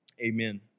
Amen